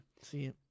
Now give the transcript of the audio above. See